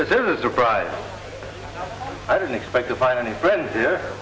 this is a surprise i didn't expect to find any friends here